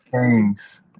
Kings